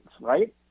right